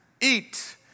eat